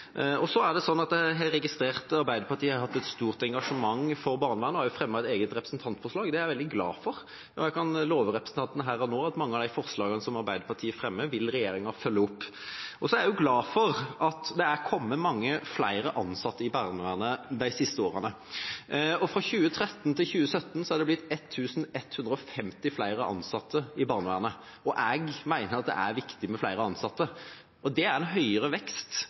Jeg har registrert at Arbeiderpartiet har hatt et stort engasjement for barnevernet og også har fremmet et eget representantforslag. Det er jeg veldig glad for, og jeg kan love representanten her og nå at mange av forslagene som Arbeiderpartiet fremmer, vil regjeringa følge opp. Jeg er også glad for at det har kommet mange flere ansatte i barnevernet de siste årene. Fra 2013 til 2017 ble det 1 150 flere ansatte i barnevernet. Jeg mener det er viktig med flere ansatte, og det var en høyere vekst